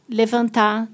levantar